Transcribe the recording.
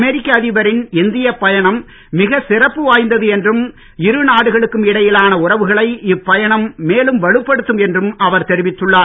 அமெரிக்க அதிபரின் இந்தியப் பயணம் மிகச் சிறப்பு வாய்ந்தது என்றும் இருநாடுகளுக்கும் இடையிலான உறவுகளை இப்பயணம் மேலும் வலுப்படுத்தும் என்றும் அவர் தெரிவித்துள்ளார்